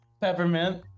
Peppermint